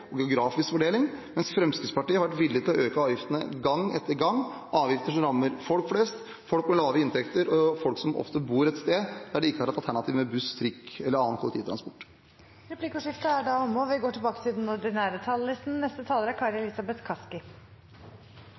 og geografisk fordeling, mens Fremskrittspartiet har vært villig til å øke avgiftene gang på gang, avgifter som rammer folk flest, folk med lave inntekter og folk som ofte bor et sted der de ikke har alternativ som buss, trikk eller annen kollektivtransport. Replikkordskiftet er omme. Debatten om revidert budsjett er en god anledning til